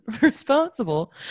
responsible